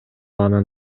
анын